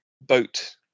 boat